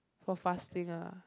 for fasting lah